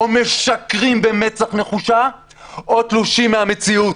או משקרים במצח נחושה או תלושים מהמציאות.